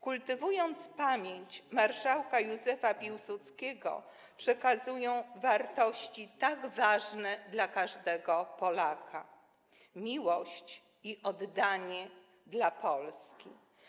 Kultywując pamięć marszałka Józefa Piłsudskiego, przekazują wartości tak ważne dla każdego Polaka: miłość i oddanie dla Polski.